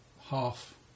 half